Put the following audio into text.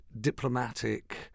diplomatic